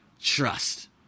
trust